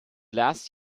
last